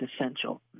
essential